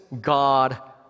God